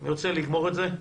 אני רוצה לגמור את זה.